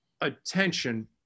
attention